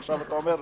ועכשיו אתה אומר: